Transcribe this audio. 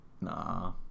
Nah